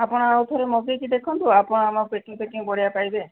ଆପଣ ଆଉ ଥରେ ମଗାଇକି ଦେଖନ୍ତୁ ଆପଣ ଆମ ପେକିଙ୍ଗ ଫେକିଙ୍ଗ ବଢ଼ିଆ ପାଇବେ